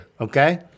okay